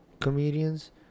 Comedians